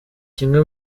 kimwe